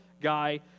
guy